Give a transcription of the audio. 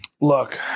Look